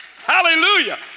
Hallelujah